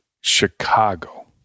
Chicago